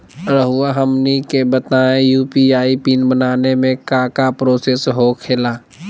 रहुआ हमनी के बताएं यू.पी.आई पिन बनाने में काका प्रोसेस हो खेला?